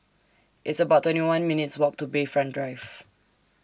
It's about twenty one minutes' Walk to Bayfront Drive